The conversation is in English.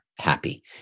happy